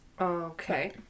Okay